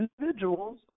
individuals